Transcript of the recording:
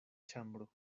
ĉambro